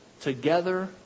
together